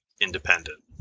independent